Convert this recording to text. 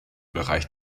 bereich